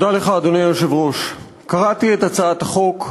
אדוני היושב-ראש, קראתי את הצעת החוק,